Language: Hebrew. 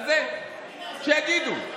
שיגידו.